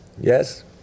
yes